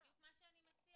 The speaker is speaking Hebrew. זה בדיוק מה שאני מציעה.